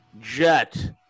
Jet